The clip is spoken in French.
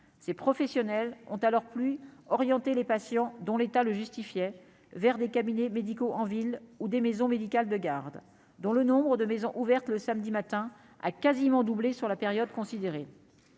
ces professionnels ont, à leur plus orienter les patients dont l'état le justifiait vers des cabinets médicaux en ville, où des maisons médicales de garde dont le nombre de maisons ouvertes le samedi matin, a quasiment doublé sur la période considérée,